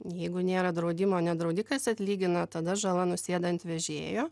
jeigu nėra draudimo ne draudikas atlygina tada žala nusėda ant vežėjo